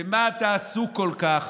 במה אתה עסוק כל כך